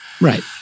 Right